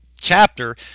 chapter